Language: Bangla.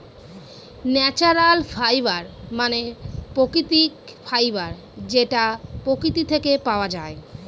ন্যাচারাল ফাইবার মানে প্রাকৃতিক ফাইবার যেটা প্রকৃতি থেকে পাওয়া যায়